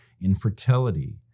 infertility